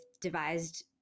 devised